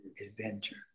adventure